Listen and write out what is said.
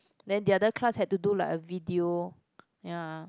then the other class had to do like a video ya